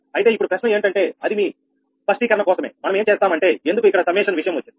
అయితే ఇప్పుడు ప్రశ్న ఏమిటంటే అది మీ స్పష్టీకరణ కోసమే మనం ఏం చేస్తాం అంటే ఎందుకు ఇక్కడ సమ్మషన్ విషయం వచ్చింది